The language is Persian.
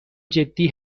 جدی